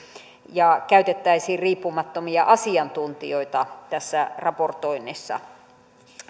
ja käytettäisiin riippumattomia asiantuntijoita tässä raportoinnissa